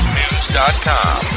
news.com